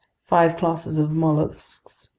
five classes of mollusks,